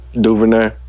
Duvernay